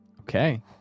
Okay